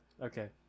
okay